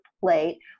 plate